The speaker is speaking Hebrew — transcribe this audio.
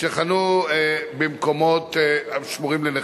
שחנו במקומות השמורים לנכים.